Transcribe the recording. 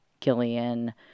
Gillian